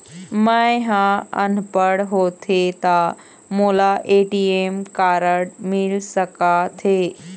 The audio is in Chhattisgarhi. मैं ह अनपढ़ होथे ता मोला ए.टी.एम कारड मिल सका थे?